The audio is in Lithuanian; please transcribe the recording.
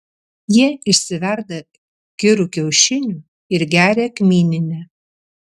jie išsiverda kirų kiaušinių ir geria kmyninę